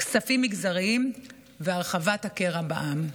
כספים מגזריים והרחבת הקרע בעם.